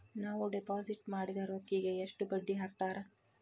ನಾವು ಡಿಪಾಸಿಟ್ ಮಾಡಿದ ರೊಕ್ಕಿಗೆ ಎಷ್ಟು ಬಡ್ಡಿ ಹಾಕ್ತಾರಾ?